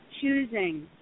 choosing